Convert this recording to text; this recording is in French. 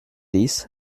dix